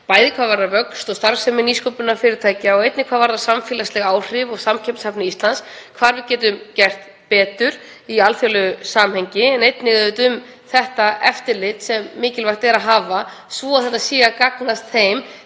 bæði hvað varðar vöxt og starfsemi nýsköpunarfyrirtækja og einnig hvað varðar samfélagsleg áhrif og samkeppnishæfni Íslands, hvar við getum gert betur í alþjóðlegu samhengi, en einnig um þetta eftirlit sem mikilvægt er að hafa svo þetta gagnist þeim